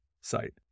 site